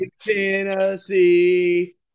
Tennessee